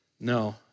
No